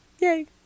Yay